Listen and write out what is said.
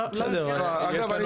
אגב,